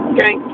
Okay